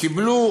קיבלו